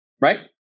right